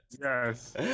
Yes